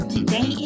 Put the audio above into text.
Today